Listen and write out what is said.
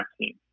team